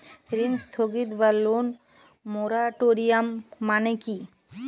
ঋণ স্থগিত বা লোন মোরাটোরিয়াম মানে কি?